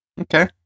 Okay